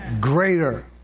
greater